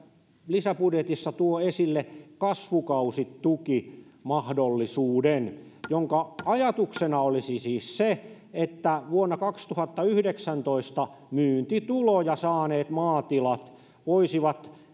lisäbudjetissa tuo esille myös kasvukausitukimahdollisuuden jonka ajatuksena olisi siis se että vuonna kaksituhattayhdeksäntoista myyntituloja saaneet maatilat voisivat